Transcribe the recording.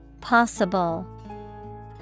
Possible